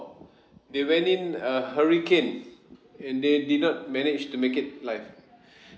they went in a hurricane and they did not manage to make it alive